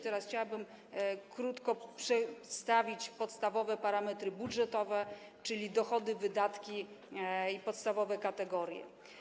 Teraz chciałabym krótko przedstawić podstawowe parametry budżetowe, czyli dochody, wydatki i podstawowe kategorie.